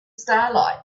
starlight